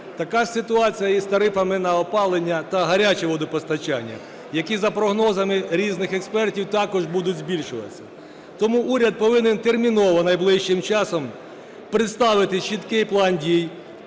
Така ж ситуація із тарифами на опалення та гаряче водопостачання, які, за прогнозами різних експертів, також будуть збільшуватися. Тому уряд повинен терміново найближчим часом представити чіткий план дій